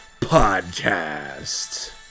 Podcast